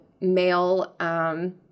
male